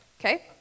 okay